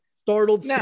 startled